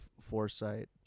foresight